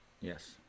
Yes